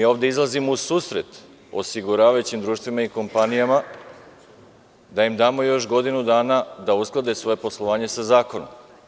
Ovde izlazimo u susret osiguravajućim društvima i kompanijama da im damo još godinu dana da usklade svoje poslovanje sa zakonom.